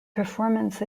performance